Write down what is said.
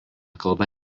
kalba